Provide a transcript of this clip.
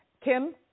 Kim